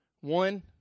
One